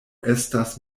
estas